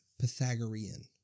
Pythagorean